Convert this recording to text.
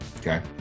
Okay